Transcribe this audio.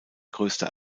größter